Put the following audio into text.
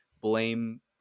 blame